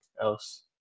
else